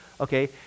okay